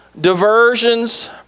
diversions